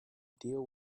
deal